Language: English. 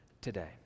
today